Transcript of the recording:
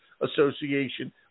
Association